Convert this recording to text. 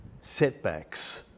setbacks